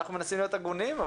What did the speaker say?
אנחנו מנסים להיות הגונים,